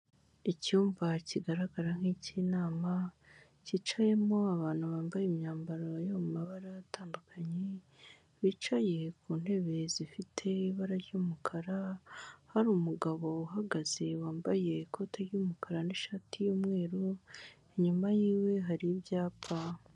Icyumba kigaragara nk'ik'inama, cyicayemo abantu bambaye imyambaro yo mu mabara atandukanye, bicaye ku ntebe zifite ibara ry'umukara, hari umugabo uhagaze wambaye ikoti ry'umukara n'ishati y'umweru, inyuma yiwe hari ibyapa.